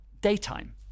daytime